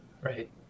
Right